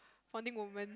founding women